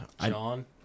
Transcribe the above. John